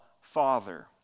Father